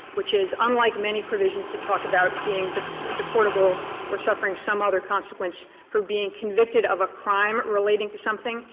which is unlike many provisions that talk about being deportable or suffering some other consequence for being convicted of a crime relating to something,